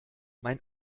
mein